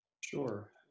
Sure